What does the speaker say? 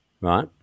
right